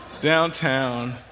downtown